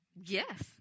Yes